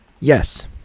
Yes